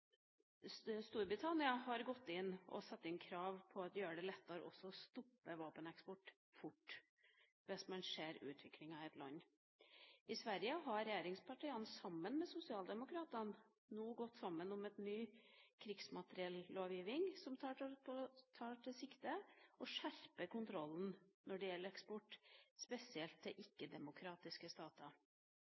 Storbritannia har satt inn krav som gjør det lettere å stoppe våpeneksport fort hvis man ser utviklinga i et land. I Sverige har regjeringspartiene og sosialdemokratene nå gått sammen om en ny krigsmateriellovgivning som har til hensikt å skjerpe kontrollen når det gjelder eksport, spesielt til